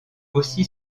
aussi